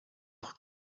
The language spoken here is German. auch